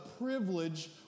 privilege